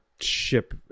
ship